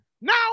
Now